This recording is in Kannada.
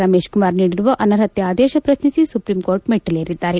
ರಮೇಶ್ ಕುಮಾರ್ ನೀಡಿರುವ ಅನರ್ಹತೆ ಆದೇಶ ಪ್ರಶ್ನಿಸಿ ಸುಪ್ರೀಂಕೋರ್ಟ್ ಮೆಟ್ಟಿಲೇರಿದ್ದಾರೆ